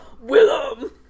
Willem